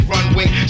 Runway